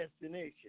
destination